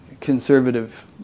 conservative